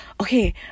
okay